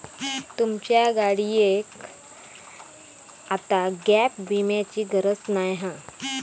तुमच्या गाडियेक आता गॅप विम्याची गरज नाय हा